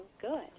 good